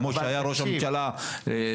כמו שהיה ראש הממשלה בנק,